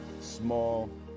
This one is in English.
small